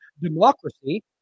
democracy